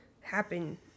happen